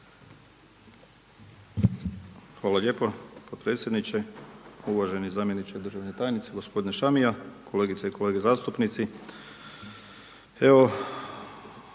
hvala lijepo potpredsjedniče, uvaženi zamjeniče državne tajnice g. Šamija, kolegice i kolege zastupnici.